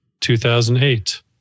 2008